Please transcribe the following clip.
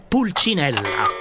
Pulcinella